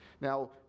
Now